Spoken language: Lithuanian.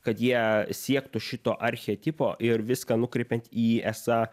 kad jie siektų šito archetipo ir viską nukreipiant į esą